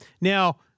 Now